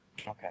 Okay